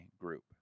group